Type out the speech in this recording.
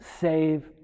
save